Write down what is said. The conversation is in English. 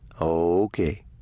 Okay